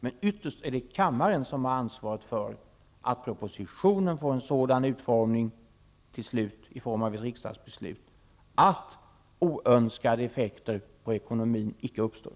Men ytterst är det kammaren som har ansvaret för att propositionen får en sådan utformning till slut, i form av ett riksdagsbeslut, att oönskade effekter på ekonomin inte uppstår.